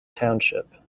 township